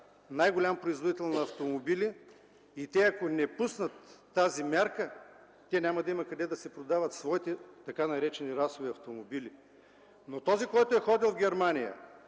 най-големият производител на автомобили и те ако не пуснат тази мярка, няма да има къде да си продават своите така наречени расови автомобили. Този обаче, който е ходил в Германия